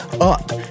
up